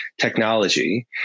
technology